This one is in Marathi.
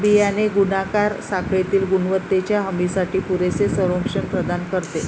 बियाणे गुणाकार साखळीतील गुणवत्तेच्या हमीसाठी पुरेसे संरक्षण प्रदान करते